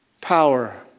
power